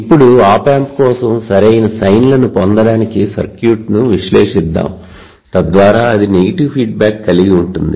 ఇప్పుడు op amp కోసం సరైన సైన్ లను పొందడానికి సర్క్యూట్ను విశ్లేషిద్దాం తద్వారా అది నెగటివ్ ఫీడ్బ్యాక్ కలిగి ఉంటుంది